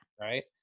Right